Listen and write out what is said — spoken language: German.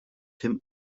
tim